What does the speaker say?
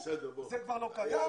זה כבר לא קיים.